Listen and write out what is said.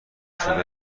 شده